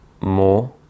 more